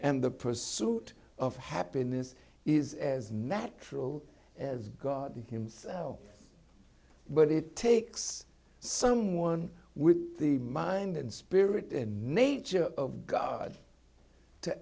and the pursuit of happiness is as natural as god himself but it takes someone with the mind and spirit and nature of god to